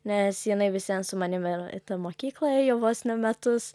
nes jinai vis vien su manim ir mokykloje jau vos ne metus